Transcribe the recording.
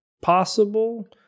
possible